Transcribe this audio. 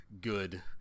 good